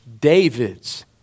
David's